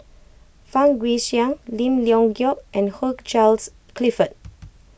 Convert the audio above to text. Fang Guixiang Lim Leong Geok and Hugh Charles Clifford